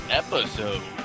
episode